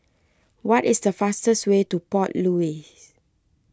what is the fastest way to Port Louis